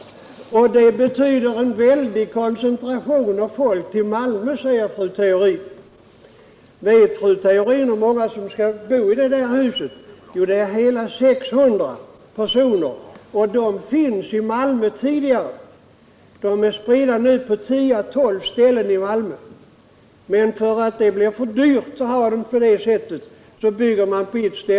Detta betyder en väldig koncentration av folk till Malmö, säger fru Theorin. Vet fru Theorin hur många som skall vistas i detta hus? Jo, det är hela 600 personer, och dessa finns redan i Malmö. De är nu spridda på 10 å 12 ställen. Men eftersom det blir för dyrt, samlar man dem nu under en hatt.